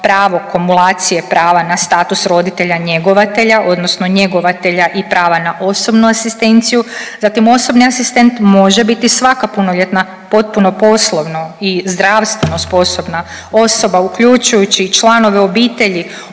pravo kumulacije prava na status roditelja njegovatelja odnosno njegovatelja i prava na osobnu asistenciju. Zatim osobni asistent može biti svaka punoljetna potpuno poslovno i zdravstveno sposobna osoba uključujući i članove obitelji